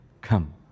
come